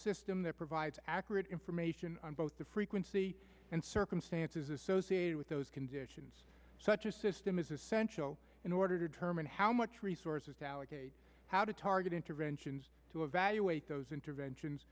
system that provides accurate information on both the frequency and circumstances associated with those conditions such a system is essential in order to determine how much resources how to target interventions to evaluate those interventions